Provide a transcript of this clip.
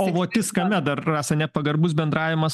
o votis kame dar rasa nepagarbus bendravimas